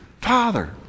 Father